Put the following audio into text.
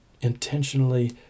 intentionally